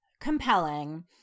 compelling